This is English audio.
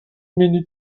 minute